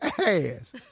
ass